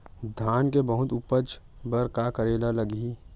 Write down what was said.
धान के बहुत उपज बर का करेला लगही?